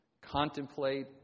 contemplate